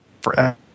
forever